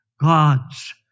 God's